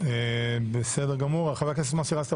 חבר הכנסת יצחק פינדרוס.